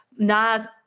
Nas